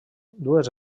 dues